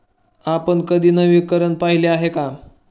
आपण कधी वनीकरण पाहिले आहे का?